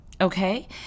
Okay